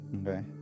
Okay